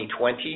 2020